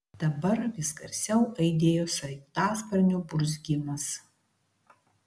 dabar vis garsiau aidėjo sraigtasparnio burzgimas